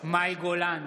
מאי גולן,